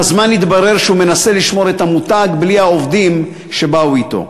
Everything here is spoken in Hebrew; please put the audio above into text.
עם הזמן התברר שהוא מנסה לשמור את המותג בלי העובדים שבאו אתו.